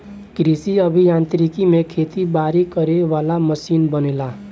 कृषि अभि यांत्रिकी में खेती बारी करे वाला मशीन बनेला